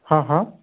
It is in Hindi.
हाँ हाँ